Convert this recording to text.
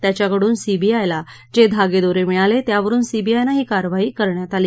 त्याच्याकडून सीबीआयला जे धोगेदोरे मिळाले त्यावरुन सीबीआयनं ही कारवाई करण्यात आली